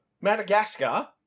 Madagascar